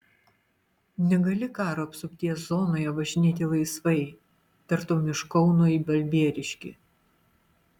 negali karo apsupties zonoje važinėti laisvai tartum iš kauno į balbieriškį